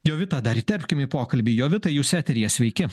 jovitą dar įterpkim į pokalbį jovita jūs etery sveiki